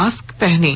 mask पहनें